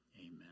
Amen